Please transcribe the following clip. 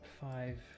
five